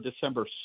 December